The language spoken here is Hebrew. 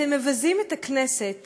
אתם מבזים את הכנסת